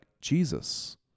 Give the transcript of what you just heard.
Jesus